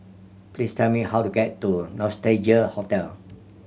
please tell me how to get to Nostalgia Hotel